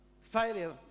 failure